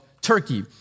Turkey